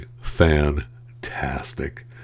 fantastic